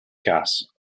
gas